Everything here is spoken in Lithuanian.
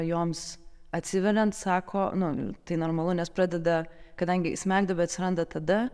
joms atsiveriant sako nu tai normalu nes pradeda kadangi smegduobė atsiranda tada